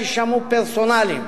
שיישמעו פרסונליים,